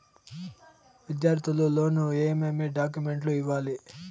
విద్యార్థులు లోను ఏమేమి డాక్యుమెంట్లు ఇవ్వాలి?